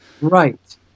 Right